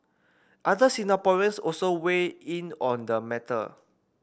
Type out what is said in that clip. other Singaporeans also weigh in on the matter